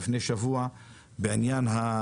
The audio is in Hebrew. שהיה לנו דיון לפני שבוע בעניין המשכנתאות